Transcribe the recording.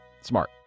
smart